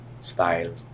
style